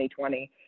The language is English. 2020